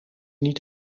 niet